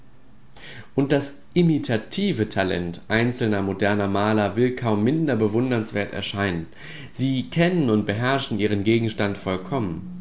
und das imitative talent einzelner moderner maler will kaum minder bewundernswert erscheinen sie kennen und beherrschen ihren gegenstand vollkommen